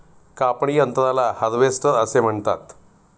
कापणी यंत्राला हार्वेस्टर असे म्हणतात